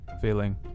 feeling